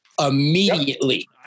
Immediately